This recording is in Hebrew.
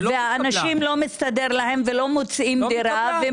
לאנשים לא מסתדר והם לא מוצאים דירה,